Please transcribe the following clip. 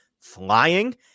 flying